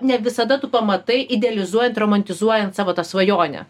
ne visada tu pamatai idealizuojant romantizuojant savo tą svajonę